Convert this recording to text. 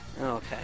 Okay